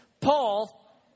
Paul